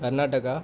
Karnataka